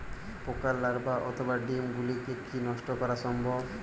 পোকার লার্ভা অথবা ডিম গুলিকে কী নষ্ট করা সম্ভব?